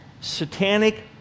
satanic